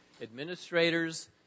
administrators